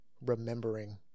remembering